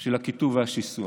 של הקיטוב והשיסוע.